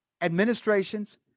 administrations